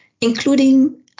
including